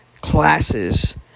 Classes